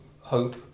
hope